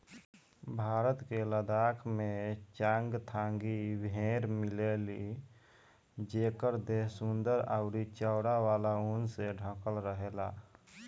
भारत के लद्दाख में चांगथांगी भेड़ मिलेली जेकर देह सुंदर अउरी चौड़ा वाला ऊन से ढकल रहेला